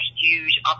huge